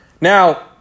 now